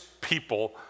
people